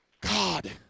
God